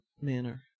manner